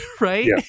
right